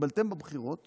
שקיבלתם בבחירות